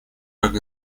как